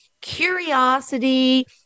curiosity